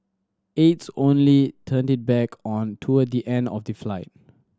aides only turned it back on toward the end of the flight